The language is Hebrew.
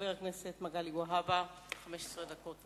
חבר הכנסת מגלי והבה, 15 דקות.